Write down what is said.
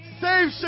Save